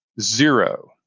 zero